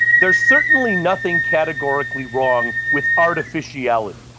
there is certainly nothing categorically wrong with artificiality.